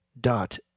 dot